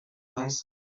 mes